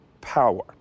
power